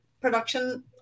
production